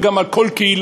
וגם על כל קהילה,